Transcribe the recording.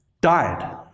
died